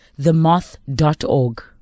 themoth.org